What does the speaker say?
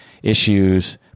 Issues